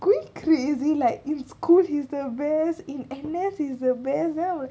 really crazy like in school he's the best in N_S he's the best I would